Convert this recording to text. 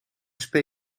spa